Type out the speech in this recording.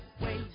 wait